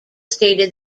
stated